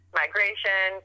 migration